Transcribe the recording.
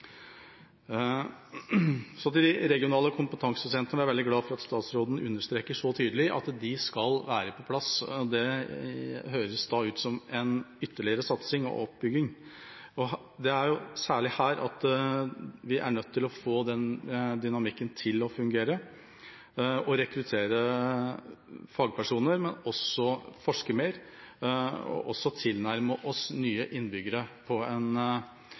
Så til de regionale kompetansesentrene. Jeg er veldig glad for at statsråden understreker så tydelig at de skal være på plass. Det høres ut som en ytterligere satsing og oppbygging, og det er særlig her vi er nødt til å få den dynamikken til å fungere – å rekruttere fagpersoner, men også forske mer, og også tilnærme oss nye innbyggere på en